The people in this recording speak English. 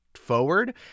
forward